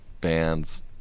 bands